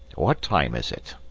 what time is it?